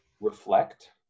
reflect